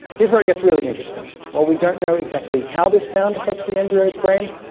here's where it gets really interesting. while we don't know exactly how this sound effects the embryo's brain,